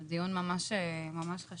זה דיון ממש חשוב.